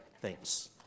Thanks